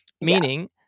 Meaning